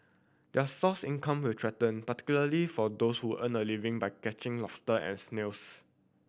their source income were threatened particularly for those who earn a living by catching lobster and snails